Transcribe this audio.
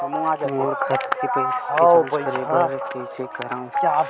मोर खाता के पईसा के जांच करे बर हे, कइसे करंव?